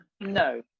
No